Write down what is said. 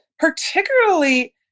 particularly